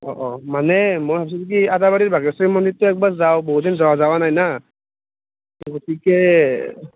অঁ অঁ মানে মই ভাব্ছিলোঁ কি আদাবাৰীৰ বাঘেশ্বৰী মন্দিৰত একবাৰ যাওঁ বহুদিন যাৱা নাই না গতিকে